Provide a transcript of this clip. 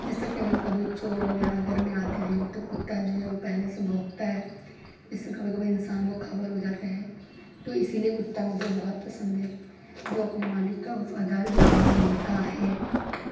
جیسا کہ اگر کبھی چور وغیرہ گھر میں آتے ہیں تو کتا جو ہے وہ پہلے سے بھونکتا ہے جس سے کبھی کبھی انسان کو خبر ہو جاتا ہے تو اسی لیے کتا مجھے بہت پسند ہے وہ اپنے مالک کا وفادار جانور ہوتا ہے